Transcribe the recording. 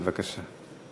בבקשה.